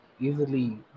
easily